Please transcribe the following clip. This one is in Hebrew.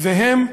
והם,